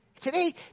Today